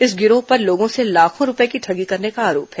इस गिरोह पर लोगों से लाखों रूपए की ठगी करने का आरोप है